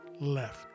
left